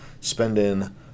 spending